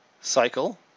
cycle